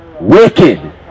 Wicked